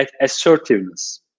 assertiveness